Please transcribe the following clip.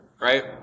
right